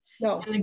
No